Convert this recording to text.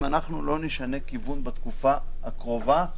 אם אנחנו לא נשנה כיוון בתקופה הקרובה,